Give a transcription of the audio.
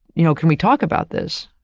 you know, can we talk about this?